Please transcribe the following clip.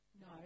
No